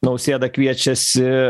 nausėda kviečiasi